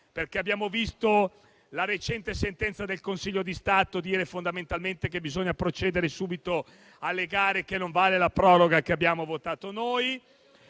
abbiamo visto la recente sentenza del Consiglio di Stato dire fondamentalmente che bisogna procedere subito alle gare e che non vale la proroga che abbiamo votato noi,